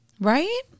Right